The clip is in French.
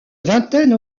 vingtaine